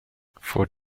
for